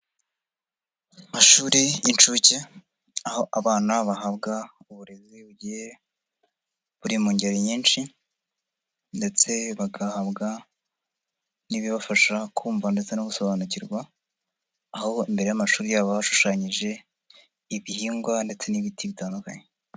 Amashuri y'inshuke aho abana bahabwa uburezi bugiye buri mu ngeri nyinshi ndetse bagahabwa n'ibibafasha kumva ndetse no gusobanukirwa, aho imbere y'amashuri yabo haba hashushanyije ibihingwa ndetse n'ibiti bitandukanye.